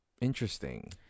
Interesting